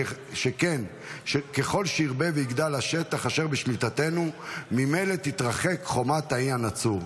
שכן ככל שירבה ויגדל השטח אשר בשליטתנו ממילא תתרחק חומת האי הנצור.